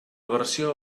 versió